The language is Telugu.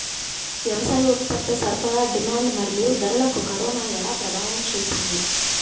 వ్యవసాయ ఉత్పత్తి సరఫరా డిమాండ్ మరియు ధరలకు కరోనా ఎలా ప్రభావం చూపింది